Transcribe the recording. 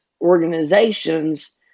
organizations